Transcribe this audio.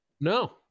No